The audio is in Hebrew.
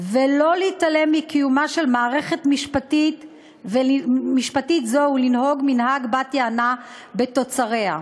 ולא להתעלם מקיומה של מערכת משפטית זו ולנהוג מנהג בת-יענה בתוצריה.